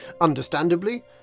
Understandably